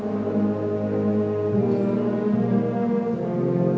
or or